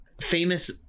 famous